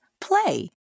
play